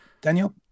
Daniel